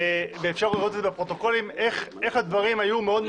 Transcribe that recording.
ואפשר לראות את זה בפרוטוקולים איך הדברים היו מאוד מאוד סדורים.